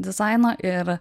dizaino ir